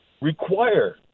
require